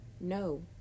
No